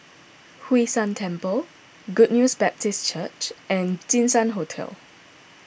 Hwee San Temple Good News Baptist Church and Jinshan Hotel